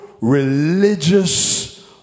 religious